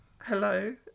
Hello